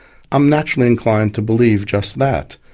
i'm naturally inclined to believe just that.